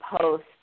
post